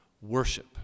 worship